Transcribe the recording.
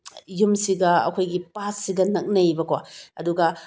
ꯌꯨꯝꯁꯤꯒ ꯑꯩꯈꯣꯏꯒꯤ ꯄꯥꯠꯁꯤꯒ ꯅꯛꯅꯩꯑꯦꯕꯀꯣ ꯑꯗꯨꯒ